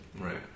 right